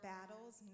Battles